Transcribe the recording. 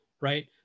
right